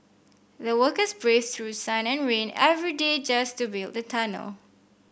the workers braved through sun and rain every day just to build the tunnel